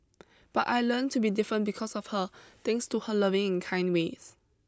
but I learnt to be different because of her thanks to her loving and kind ways